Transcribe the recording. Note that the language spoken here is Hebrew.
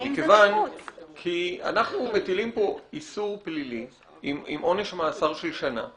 מכיוון שאנחנו מטילים פה איסור פלילי עם עונש מאסר של שנה.